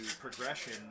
progression